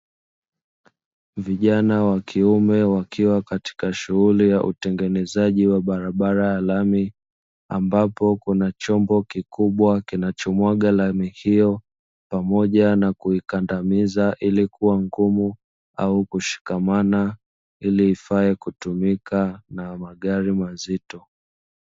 Vijana wa kiume wakiwa katika shughuli ya utengenezaji wa barabara ya lami, ambapo kuna chombo kikubwa kinachomwaga lami hiyo, pamoja na kuikandamiza ili kuwa ngumu au kushikama ili ifae kutumika na magari mazito.